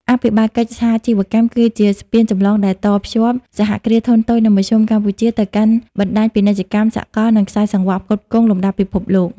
អភិបាលកិច្ចសាជីវកម្មគឺជាស្ពានចម្លងដែលតភ្ជាប់ សហគ្រាសធុនតូច និងមធ្យម កម្ពុជា ទៅកាន់បណ្ដាញពាណិជ្ជកម្មសកល និងខ្សែសង្វាក់ផ្គត់ផ្គង់លំដាប់ពិភពលោក។